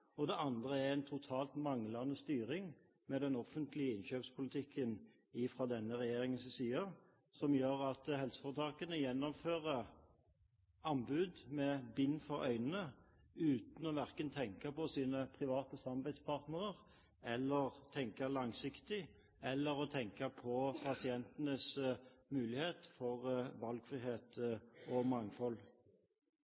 avtaler med andre private, og en totalt manglende styring med den offentlige innkjøpspolitikken fra denne regjeringen. Det gjør at helseforetakene gjennomfører anbud med bind for øynene, uten verken å tenke på sine private samarbeidspartnere, eller tenke langsiktig, eller tenke på pasientenes mulighet for valgfrihet